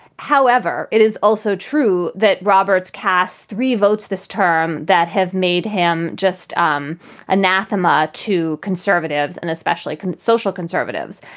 however, it is also true that roberts casts three votes this term that have made him just um anathema to conservatives and especially social conservatives.